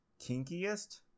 kinkiest